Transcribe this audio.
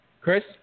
Chris